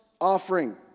offering